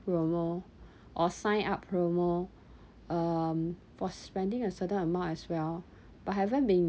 promo or sign up promo um for spending a certain amount as well but haven't been